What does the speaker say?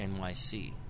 NYC